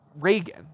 Reagan